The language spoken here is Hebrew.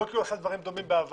לא כי הוא עשה דברים דומים בעבר,